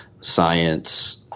science